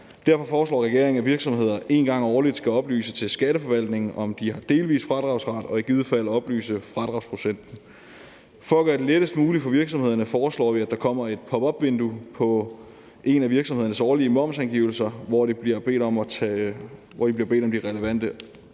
Derfor foreslår regeringen, at virksomheder en gang årligt skal oplyse til Skatteforvaltningen, om de har delvis fradragsret, og i givet fald oplyse fradragsprocenten. For at gøre det lettest muligt for virksomhederne foreslår vi, at der kommer et pop op-vindue på en af virksomhedernes årlige momsangivelser, hvor de bliver bedt om de relevante